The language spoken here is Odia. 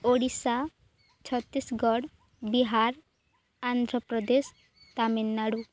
ଓଡ଼ିଶା ଛତିଶଗଡ଼ ବିହାର ଆନ୍ଧ୍ରପ୍ରଦେଶ ତାମିଲନାଡ଼ୁ